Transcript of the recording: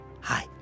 Hi